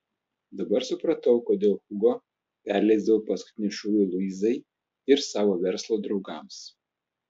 dabar supratau kodėl hugo perleisdavo paskutinį šūvį luizai ir savo verslo draugams